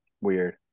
weird